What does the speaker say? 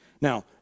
now